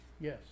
yes